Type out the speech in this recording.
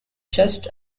just